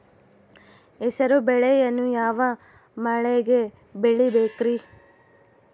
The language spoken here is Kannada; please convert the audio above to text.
ಹೆಸರುಬೇಳೆಯನ್ನು ಯಾವ ಮಳೆಗೆ ಬೆಳಿಬೇಕ್ರಿ?